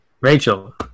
Rachel